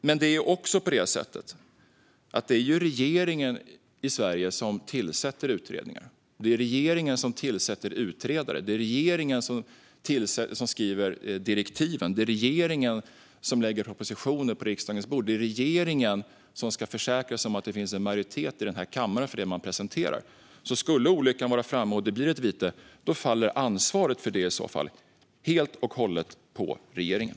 Men i Sverige är det regeringen som tillsätter utredningar. Det är också regeringen som tillsätter utredare, skriver direktiven och lägger propositioner på riksdagens bord. Och det är regeringen som ska försäkra sig om att det finns en majoritet i kammaren för det man presenterar. Om olyckan är framme och det blir ett vite faller ansvaret för det i så fall helt och hållet på regeringen.